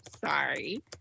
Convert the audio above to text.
sorry